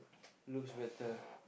looks better